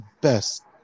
best